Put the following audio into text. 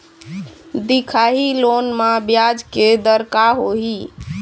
दिखाही लोन म ब्याज के दर का होही?